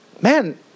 Man